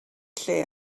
lle